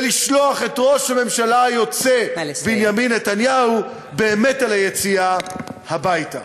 ולשלוח את ראש הממשלה היוצא בנימין נתניהו באמת אל היציאה הביתה.